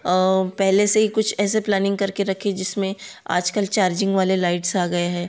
पहले से ही कुछ ऐसे प्लेनिंग करके रखे जिसमें आजकल चार्जिंग वाले लाइट्स आ गए हैं